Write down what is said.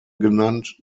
genannt